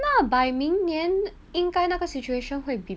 那 by 明年应该那个 situation 会比